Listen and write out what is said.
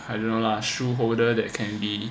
I don't know lah shoe holder that can be